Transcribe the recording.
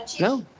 No